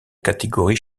catégories